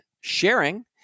sharing